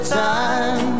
time